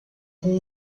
com